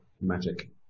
magic